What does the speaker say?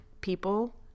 people